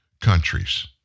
countries